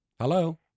Hello